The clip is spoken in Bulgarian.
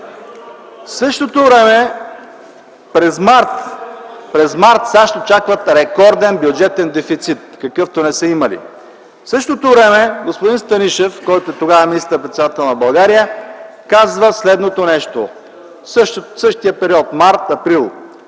В същото време през м. март САЩ очакват рекорден бюджетен дефицит, какъвто не са имали! В същото време господин Станишев, който тогава е министър-председател на България, казва следното нещо, в същия период – март-април: